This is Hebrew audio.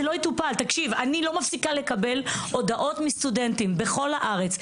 אני לא מפסיקה לקבל הודעות מסטודנטים בכל הארץ.